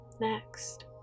Next